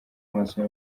maso